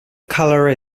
colour